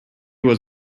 was